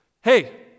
Hey